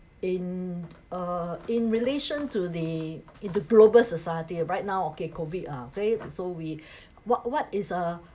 in uh in relation to the into global society right now okay COVID uh very so we what what is a